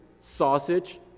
sausage